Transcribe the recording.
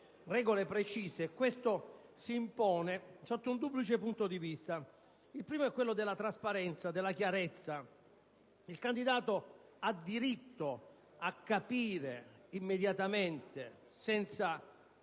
regole precise, sotto un duplice punto di vista. Il primo aspetto è quello della trasparenza, della chiarezza. Il candidato ha diritto a capire immediatamente, senza